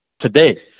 today